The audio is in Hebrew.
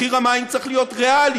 מחיר המים צריך להיות ריאלי.